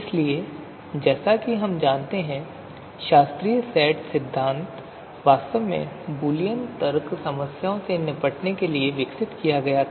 इसलिए जैसा कि हम जानते हैं शास्त्रीय सेट सिद्धांत वास्तव में बूलियन तर्क समस्याओं से निपटने के लिए विकसित किया गया था